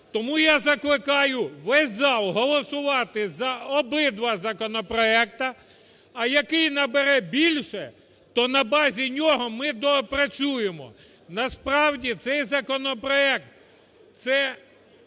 Тому я закликаю весь зал голосувати за обидва законопроекти, а який набере більше, то на базі нього ми доопрацюємо. Насправді, цей законопроект – це